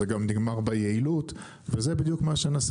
זה גם נגמר ביעילות וזה בדיוק מה שנעשה